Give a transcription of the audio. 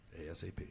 ASAP